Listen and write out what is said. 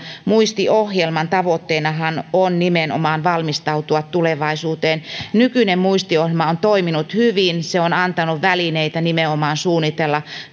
muistiohjelman tavoitteenahan on on nimenomaan valmistautua tulevaisuuteen nykyinen muistiohjelma on toiminut hyvin se on antanut välineitä nimenomaan suunnitella